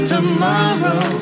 Tomorrow